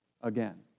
again